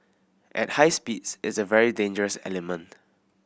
at high speeds it's a very dangerous element